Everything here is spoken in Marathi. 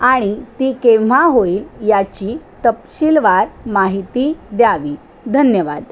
आणि ती केव्हा होईल याची तपशीलवार माहिती द्यावी धन्यवाद